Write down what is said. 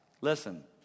Listen